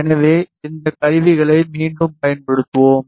எனவே இந்த கருவியை மீண்டும் பயன்படுத்துவோம்